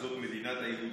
זאת מדינת היהודים.